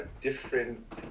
different